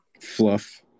fluff